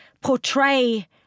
portray